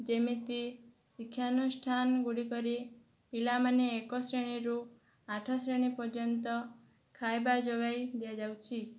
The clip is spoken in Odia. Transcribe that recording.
ଯେମିତି ଶିକ୍ଷାନୁଷ୍ଠାନ ଗୁଡ଼ିକରେ ପିଲାମାନେ ଏକ ଶ୍ରେଣୀରୁ ଆଠଶ୍ରେଣୀ ପର୍ଯ୍ୟନ୍ତ ଖାଇବା ଯୋଗାଇ ଦିଆଯାଉଛି